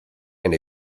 and